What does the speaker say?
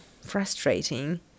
frustrating